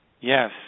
yes